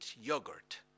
yogurt